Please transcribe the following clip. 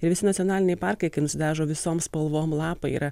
ir visi nacionaliniai parkai kai nusidažo visom spalvom lapai yra